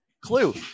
clue